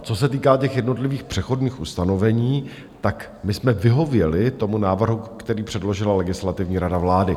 Co se týká těch jednotlivých přechodných ustanovení, tak my jsme vyhověli tomu návrhu, který předložila Legislativní rada vlády.